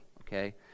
Okay